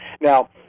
Now